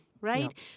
right